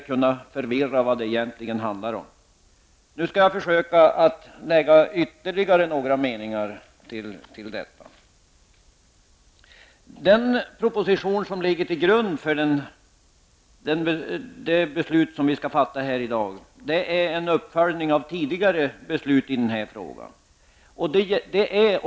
Det kan vara svårt att inse vad det egentligen handlar om. Också jag skall försöka lägga till ytterligare några meningar till protokollet. Den proposition som ligger till grund för det beslut som vi skall fatta här i riksdagen i dag är en uppföljning av tidigare beslut i frågan.